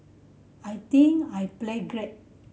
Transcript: I think I played great